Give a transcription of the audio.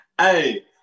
Hey